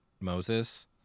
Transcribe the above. Moses